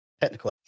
technical